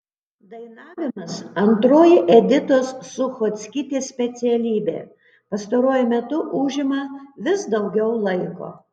dainavimas antroji editos suchockytės specialybė pastaruoju metu užima vis daugiau laiko